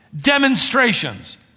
demonstrations